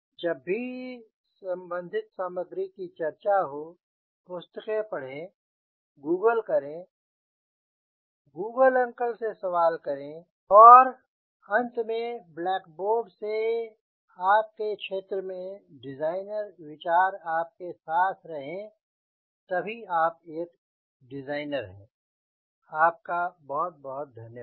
जब भी संबंधित सामग्री की चर्चा हो पुस्तकें पढ़ें गूगल करें गूगल अंकल से सवाल करें और अंत में ब्लैक बोर्ड से आपके क्षेत्र में डिज़ाइन विचार आपके साथ रहे तभी आप एक डिज़ाइनर है